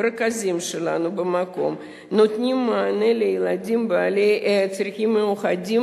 והרכזים שלנו במקום נותנים מענה לילדים בעלי צרכים מיוחדים,